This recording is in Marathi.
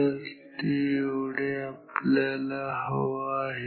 तर हे एवढे आपल्याला हवा आहे